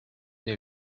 des